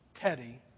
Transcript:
Teddy